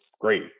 great